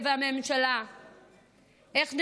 עצמית ולהקמת מדינה פלסטינית לצד ישראל בגבולות 67'. אם